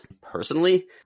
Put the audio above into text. personally